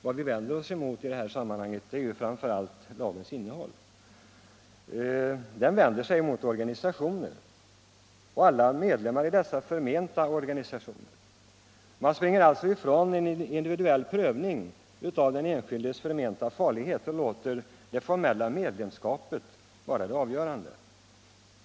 Vad vi vänder oss emot i det här sammanhanget är framför allt lagens innehåll. Den vänder sig mot organisationer och alla medlemmar i dessa förmenta organisationer. Man springer alltså ifrån en individuell prövning av den enskildes förmenta farlighet och låter det formella medlemsskapet vara det avgörande.